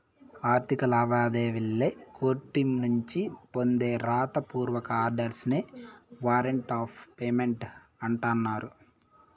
ఆర్థిక లావాదేవీల్లి కోర్టునుంచి పొందే రాత పూర్వక ఆర్డర్స్ నే వారంట్ ఆఫ్ పేమెంట్ అంటన్నారు